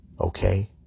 Okay